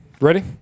Ready